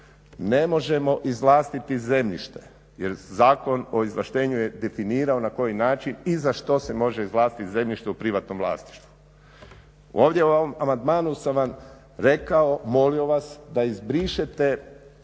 ne možemo izvlastiti zemljište jer Zakon o izvlaštenju je definirao na koji način i za što se može izvlastiti zemljište u privatnom vlasništvu. Ovdje u ovom amandmanu sam vam rekao, molio vas da izbrišete